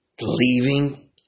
leaving